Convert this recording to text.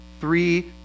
three